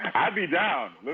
i'd be down.